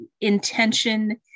intention